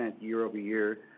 year-over-year